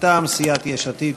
מטעם סיעת יש עתיד,